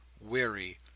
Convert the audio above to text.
weary